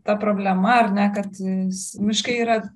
ta problema ar ne kad s miškai yra